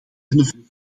vluchten